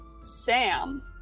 Sam